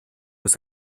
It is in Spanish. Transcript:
los